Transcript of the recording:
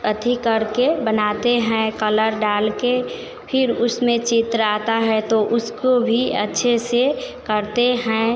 अथी करके बनाते हैं कलर डालकर फिर उसमें चित्र आता है तो उसको भी अच्छे से करते हैं